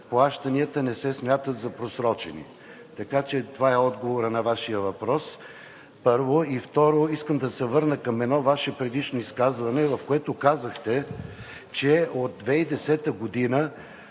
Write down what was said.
плащанията не се смятат за просрочени. Така че това е отговорът на Вашия въпрос, първо. И второ, искам да се върна към едно Ваше предишно изказване, в което казахте, че от 2010 г.